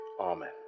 Amen